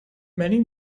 many